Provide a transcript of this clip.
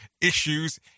issues